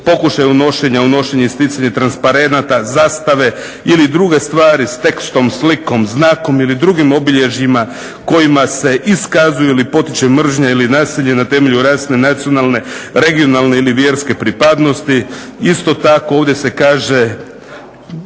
pokušaj unošenja, unošenja i isticanja transparenata, zastave ili druge stvari s tekstom, slikom, znakom ili drugim obilježjima kojima se iskazuju ili potiče mržnja ili nasilje na temelju rasne, nacionalne, regionalne ili vjerske pripadnosti". Isto tako ovdje se kaže